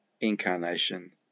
incarnation